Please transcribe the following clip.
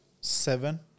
seven